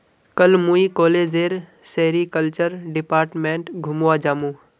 कल मुई कॉलेजेर सेरीकल्चर डिपार्टमेंट घूमवा जामु